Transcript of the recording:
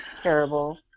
Terrible